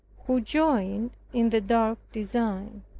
who joined in the dark design.